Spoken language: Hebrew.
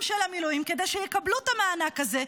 של המילואים כדי שיקבלו את המענק הזה,